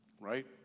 right